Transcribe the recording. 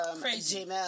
Crazy